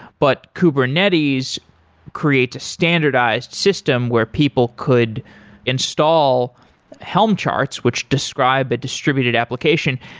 but kubernetes create a standardized system where people could install helm charts, which describe a distributed application.